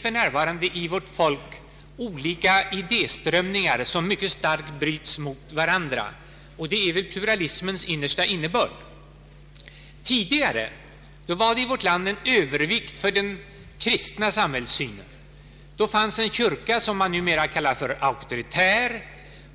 För närvarande finns i vårt folk olika idéströmningar som mycket starkt bryts mot varandra, vilket är pluralismens innersta innebörd. Tidigare var det i vårt land en övervikt för den kristna samhällssynen. Då fanns en kyrka som man numera kallar för auktoritär. I